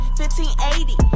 1580